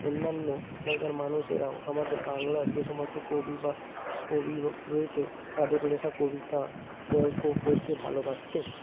অন্যান্য জায়গার মানুষেরাও আমাদের বাংলার যে সমস্ত কবি বা কবি বা রয়েছে তাদের লেখা কবিতা গল্প পড়তে ভালবাসছে